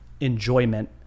enjoyment